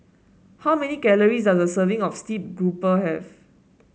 how many calories does a serving of Steamed Grouper have